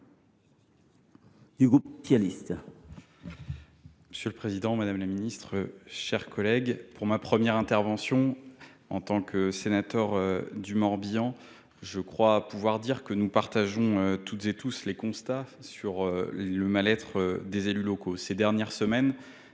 Monsieur le président, madame la ministre, mes chers collègues, pour ma première intervention en tant que sénateur du Morbihan, je veux relever que nous faisons toutes et tous le constat du mal être des élus locaux. Ces dernières semaines